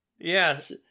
Yes